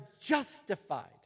justified